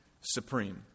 supreme